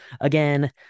again